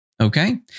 Okay